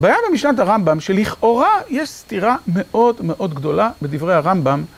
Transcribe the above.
בעיה במשנת הרמב״ם, שלכאורה יש סתירה מאוד מאוד גדולה בדברי הרמב״ם.